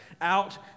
out